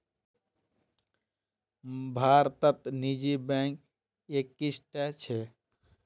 भारतत निजी बैंक इक्कीसटा छ